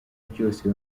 ryose